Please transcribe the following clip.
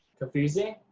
confusing?